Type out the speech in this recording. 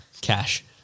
Cash